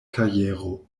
kajero